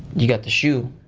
you got the shu